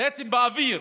בעצם באוויר,